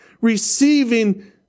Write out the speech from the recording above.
receiving